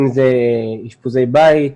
אם זה אשפוזי בית,